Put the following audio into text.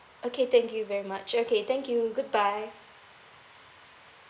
okay thank you very much okay thank you goodbye